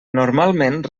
normalment